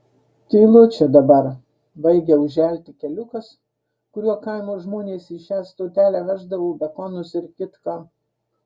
tylu čia dabar baigia užželti keliukas kuriuo kaimo žmonės į šią stotelę veždavo bekonus ir kitką